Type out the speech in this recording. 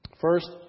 First